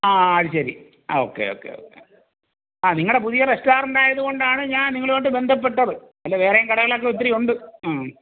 ആ അത് ശരി ആ ഓക്കേ ഓക്കേ ഓക്കേ ആ നിങ്ങളുടെ പുതിയ റെസ്റ്റോറൻറ്റ് ആയത്കൊണ്ടാണ് ഞാൻ നിങ്ങളുമായിട്ട് ബന്ധപ്പെട്ടത് അല്ലെങ്കിൽ വേറെയും കടകളൊക്കെ ഒത്തിരി ഉണ്ട്